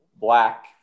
black